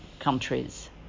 countries